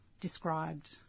described